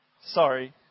Sorry